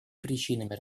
причинами